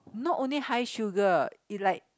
not only high sugar it like